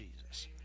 Jesus